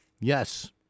Yes